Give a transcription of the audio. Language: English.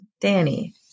Danny